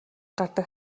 гардаг